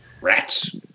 Rats